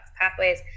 pathways